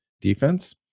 defense